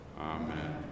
Amen